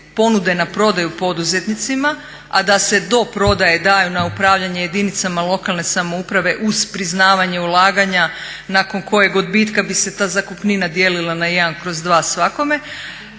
ponude na prodaju poduzetnicima, a da se do prodaje daju na upravljanje jedinicama lokalne samouprave uz priznavanje ulaganja nakon kojeg odbitka bi se ta zakupnina dijelila na ½ svakome